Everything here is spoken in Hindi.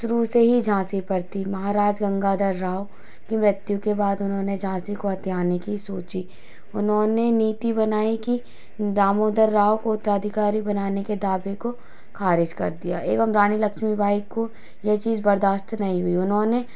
शुरू से ही झाँसी पर थी महाराज गंगाधर राव की मृत्यु के बाद उन्होंने झाँसी को हथियाने की सोची उन्होंने नीति बनाई कि दामोदर राव को उत्तराधिकारी बनाने के दावे को खारिज कर दिया एवम रानी लक्ष्मीबाई को ये चीज़ बर्दाश्त नहीं हुई उन्होंने